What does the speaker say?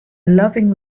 loving